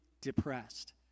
depressed